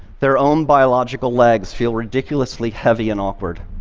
their own biological legs feel ridiculously heavy and awkward.